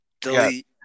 delete